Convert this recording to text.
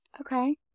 okay